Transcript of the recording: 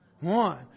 One